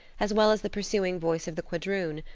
as well as the pursuing voice of the quadroon,